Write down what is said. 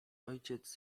ojciec